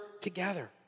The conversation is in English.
together